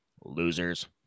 losers